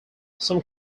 some